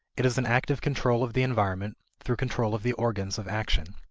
it is an active control of the environment through control of the organs of action.